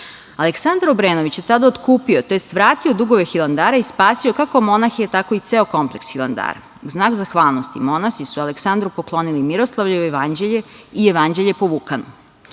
Obrenović je tada otkupio, tj. vratio dugove Hilandara i spasio kako monahe tako i ceo kompleks Hilandara. U znak zahvalnosti, monasi su Aleksandru poklonili Miroslavljevo jevanđelje i Jevanđelje po Vukanu. Šta